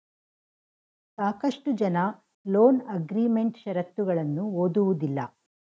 ಸಾಕಷ್ಟು ಜನ loan agreement ಶರತ್ತುಗಳನ್ನು ಓದುವುದಿಲ್ಲ